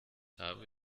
habe